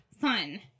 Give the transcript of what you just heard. fun